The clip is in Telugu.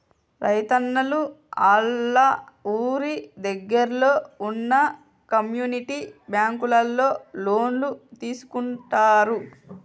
రైతున్నలు ఆళ్ళ ఊరి దగ్గరలో వున్న కమ్యూనిటీ బ్యాంకులలో లోన్లు తీసుకుంటారు